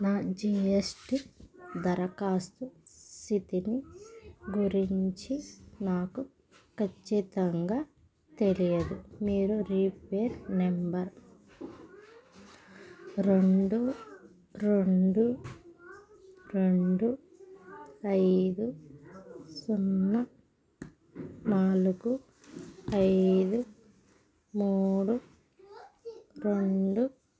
నా G S T దరఖాస్తు స్థితిని గురించి నాకు ఖచ్చితంగా తెలియదు మీరు రిఫరెన్స్ నంబర్ రెండు రెండు రెండు ఐదు సున్నా నాలుగు ఐదు మూడు రెండు